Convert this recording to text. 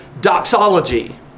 doxology